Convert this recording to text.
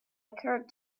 occurred